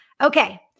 Okay